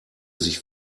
sich